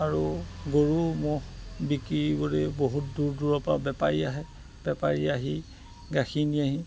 আৰু গৰু ম'হ বিক্ৰী কৰি বহুত দূৰ দূৰৰ পৰা বেপাৰী আহে বেপাৰী আহি গাখীৰ নিয়েহি